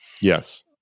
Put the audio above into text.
yes